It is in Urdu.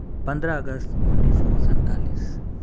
پندرہ اگست انیس سو سنتالیس